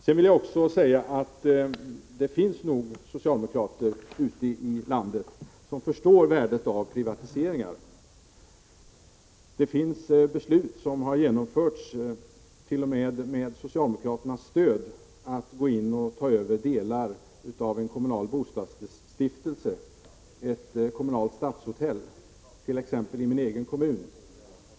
Jag vill också säga att det nog finns socialdemokrater ute i landet som förstår värdet av privatiseringar. Beslut har fattats, t.o.m. med socialdemokraternas stöd, om att gå in och ta över delar av en kommunal bostadsstiftelse, ett kommunalt stadshotell, t.ex. i min egen kommun.